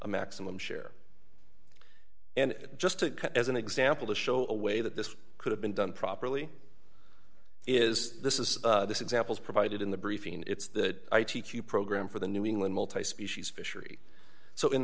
a maximum share and just to as an example to show a way that this could have been done properly is this is this examples provided in the briefing it's the program for the new england multi species fishery so in